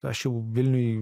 aš jau vilniuj